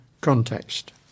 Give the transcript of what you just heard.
context